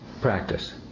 practice